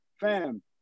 fam